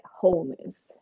wholeness